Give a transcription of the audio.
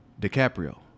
DiCaprio